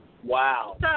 Wow